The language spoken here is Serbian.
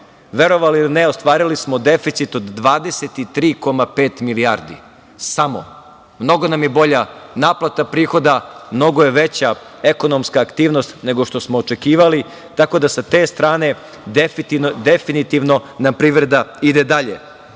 Verovali ili ne, ostvarili smo deficit od 23,5 milijardi, samo. Mnogo nam je bolja naplata prihoda, mnogo je veća ekonomska aktivnost nego što smo očekivali, tako da sa te strane definitivno nam privreda ide